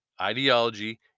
ideology